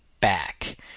back